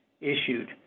issued